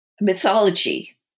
mythology